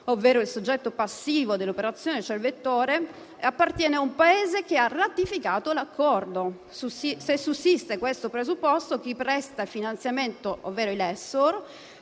ovvero il soggetto passivo dell'operazione, cioè il vettore aereo, appartiene ad un Paese che ha ratificato l'accordo. Se sussiste questo presupposto, chi presta il finanziamento (*lessor*) si